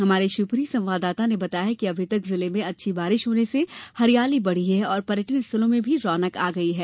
हमारे शिवपुरी संवावदाता के अनुसार अभी तक जिले में अच्छी बारिश होने से हरियाली बढ़ी है और पर्यटन स्थलों में भी रौनक आ गई है